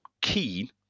keen